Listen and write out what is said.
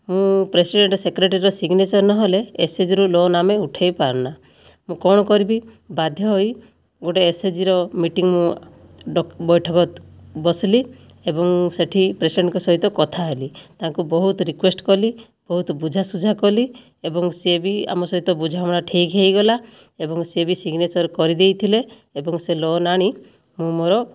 ମୁଁ ପ୍ରେସିଡେଣ୍ଟ ସେକ୍ରେଟାରୀର ସିଗ୍ନେଚର ନହେଲେ ଏସ୍ଏଚ୍ଜିରୁ ଲୋନ୍ ଆମେ ଉଠାଇପାରୁନା ମୁଁ କ'ଣ କରିବି ବାଧ୍ୟ ହୋଇ ଗୋଟିଏ ଏସ୍ଏଚ୍ଜିର ମିଟିଂ ବୈଠକ ବସିଲି ଏବଂ ସେଠି ପ୍ରେସିଡେଣ୍ଟଙ୍କ ସହିତ କଥା ହେଲି ତାଙ୍କୁ ବହୁତ ରିକ୍ୱେଷ୍ଟ କଲି ବହୁତ ବୁଝାସୁଝା କଲି ଏବଂ ସେ ବି ଆମ ସହିତ ବୁଝାମଣା ଠିକ୍ ହୋଇଗଲା ଏବଂ ସେ ବି ସିଗ୍ନେଚର କରିଦେଇଥିଲେ ଏବଂ ସେ ଲୋନ୍ ଆଣି ମୁଁ ମୋର